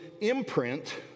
imprint